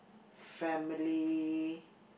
family